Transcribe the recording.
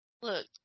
Look